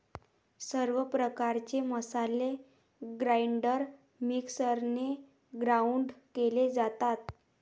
सर्व प्रकारचे मसाले ग्राइंडर मिक्सरने ग्राउंड केले जातात